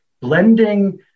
blending